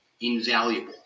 invaluable